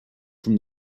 from